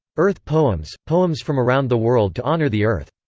earth poems poems from around the world to honor the earth.